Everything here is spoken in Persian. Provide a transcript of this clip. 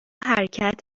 حرکت